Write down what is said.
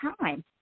time